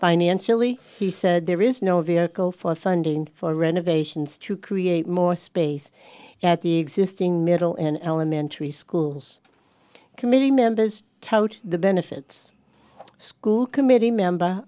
financially he said there is no vehicle for funding for renovations to create more space at the existing middle and elementary schools committee members tote the benefits school committee member